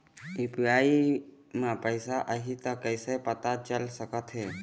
UPI म पैसा आही त कइसे पता चल सकत हे?